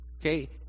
Okay